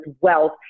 wealth